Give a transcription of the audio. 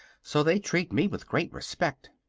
so they treat me with great respect.